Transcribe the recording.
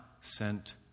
sent